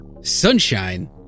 sunshine